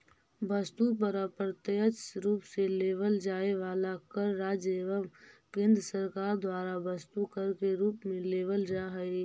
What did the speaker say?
वस्तु पर अप्रत्यक्ष रूप से लेवल जाए वाला कर राज्य एवं केंद्र सरकार द्वारा वस्तु कर के रूप में लेवल जा हई